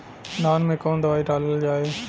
धान मे कवन दवाई डालल जाए?